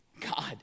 God